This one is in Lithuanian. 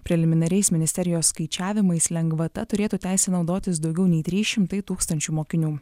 preliminariais ministerijos skaičiavimais lengvata turėtų teisę naudotis daugiau nei trys šimtai tūkstančių mokinių